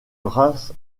ras